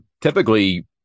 typically –